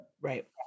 Right